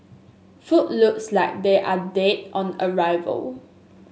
food looks like they are dead on arrival